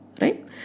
Right